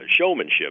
showmanship